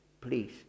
please